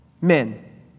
men